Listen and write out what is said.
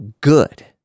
good